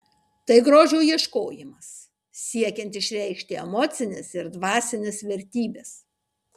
tai grožio ieškojimas siekiant išreikšti emocines ir dvasines vertybes